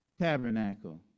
tabernacle